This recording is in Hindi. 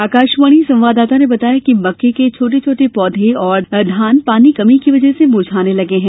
आकाशवाणी संवाददाता ने बताया है कि मक्के के छोटे छोटे पौधे और धान पानी की कमी की वजह से मुरझाने लगे हैं